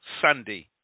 Sunday